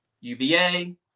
UVA